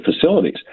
facilities